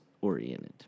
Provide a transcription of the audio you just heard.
oriented